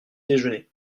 déjeuner